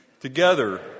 Together